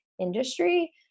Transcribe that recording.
industry